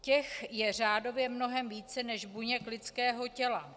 Těch je řádově mnohem více než buněk lidského těla.